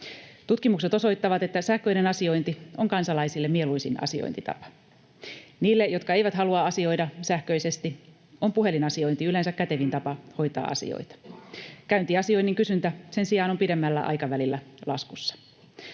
Tutkimukset osoittavat, että sähköinen asiointi on kansalaisille mieluisin asiointitapa. Niille, jotka eivät halua asioida sähköisesti, on puhelinasiointi yleensä kätevin tapa hoitaa asioita. Käyntiasioinnin kysyntä sen sijaan on pidemmällä aikavälillä laskussa.